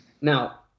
Now